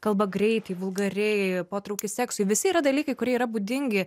kalba greitai vulgariai potraukis seksui visi yra dalykai kurie yra būdingi